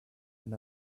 and